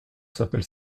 s’appelle